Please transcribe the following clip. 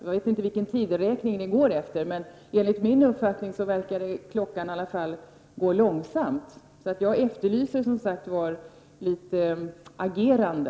Jag vet inte vilken tideräkning Bengt Lindqvist går efter, men klockan verkar i alla fall gå långsamt. Jag efterlyser som sagt litet agerande.